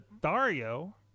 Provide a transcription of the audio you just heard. Dario